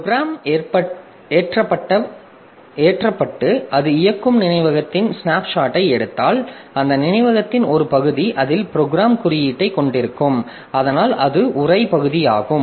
program ஏற்றப்பட்டு அது இயங்கும் நினைவகத்தின் ஸ்னாப்ஷாட்டை எடுத்தால் அந்த நினைவகத்தின் ஒரு பகுதி அதில் ப்ரோக்ராம் குறியீட்டைக் கொண்டிருக்கும் அதனால் அது உரை பகுதியாகும்